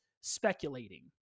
speculating